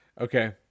Okay